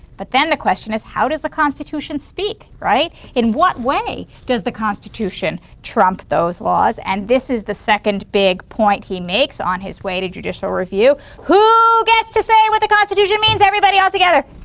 but then the question is how does the constitution speak, right, in what way does the constitution trump those laws? and this is the second big point he makes on his way to judicial review who gets to say what the constitution means? everybody. all together.